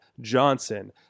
johnson